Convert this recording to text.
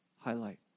highlight